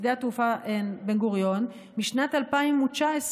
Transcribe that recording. בשדה התעופה בן-גוריון בשנת 2019,